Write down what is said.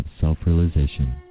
self-realization